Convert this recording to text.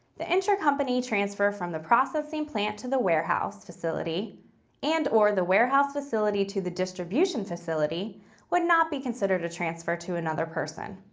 the inter-company transfer from the processing plant to the warehouse facility and or the warehouse facility to the distribution facility would not be considered a transfer to another person.